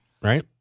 Right